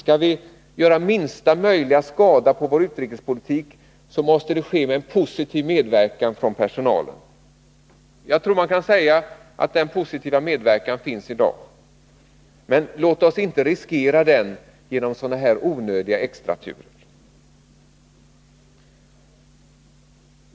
Skall vi göra minsta möjliga skada på vår utrikespolitik, så måste arbetet med att spara ske med en positiv medverkan från personalen. Jag tror att man kan säga att denna positiva medverkan finns i dag. Låt oss inte riskera att den försvinner genom sådana här onödiga extrautgifter.